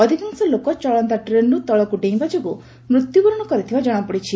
ଅଧିକାଂଶ ଲୋକ ଚଳନ୍ତା ଟ୍ରେନ୍ରୁ ତଳକୁ ଡେଇଁବା ଯୋଗୁଁ ମୃତ୍ୟୁବରଣ କରିଥିବାର କଣାପଡ଼ିଛି